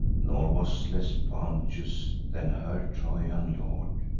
nor was less bounteous than her trojan lord.